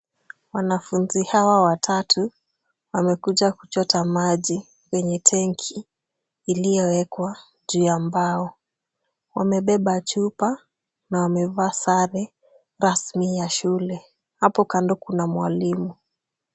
Wanafunzi hawa watatu wamekuja kuchota maji kwenye tenki iliyowekwa juu ya mbao. Wamebeba chupa na wamevaa sare rasmi ya shule. Hapo kando kuna mwalimu.